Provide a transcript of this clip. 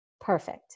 Perfect